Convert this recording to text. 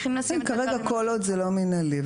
כל עוד זה לא מינהלי כרגע,